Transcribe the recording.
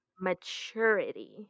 maturity